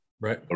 Right